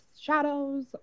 shadows